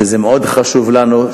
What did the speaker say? שזה מאוד חשוב לנו,